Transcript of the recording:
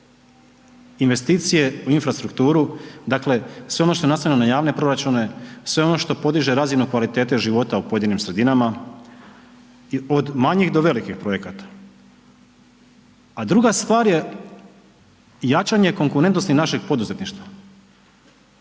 investicije u infrastrukturu, dakle sve ono što je naslonjeno na javne proračune, sve ono što podiže razinu kvalitete života u pojedinim sredinama od manjih do velikih projekata. A druga stvar je jačanje konkurentnosti našeg poduzetništva.